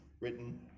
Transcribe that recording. written